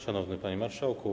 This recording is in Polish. Szanowny Panie Marszałku!